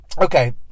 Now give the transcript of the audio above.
Okay